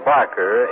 Barker